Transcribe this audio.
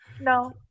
No